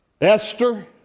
Esther